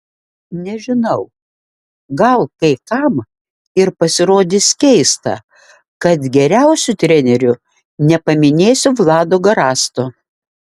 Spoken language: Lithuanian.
nežinau gal kai kam ir pasirodys keista kad geriausiu treneriu nepaminėsiu vlado garasto